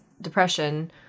depression